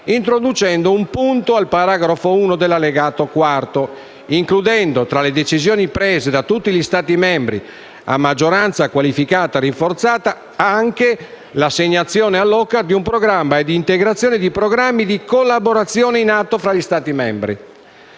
introducendo un punto al paragrafo 1 dell'Allegato IV, includendo, tra le decisioni prese da tutti gli Stati membri a maggioranza qualificata rinforzata, anche l'assegnazione all'OCCAR di un programma e l'integrazione di programmi di collaborazione in atto tra gli Stati membri.